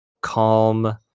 calm